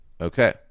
Okay